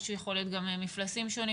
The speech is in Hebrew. יש יכולת גם ממפלסים שונים.